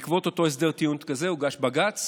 בעקבות אותו הסדר טיעון הוגש בג"ץ